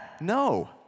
No